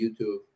youtube